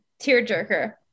tearjerker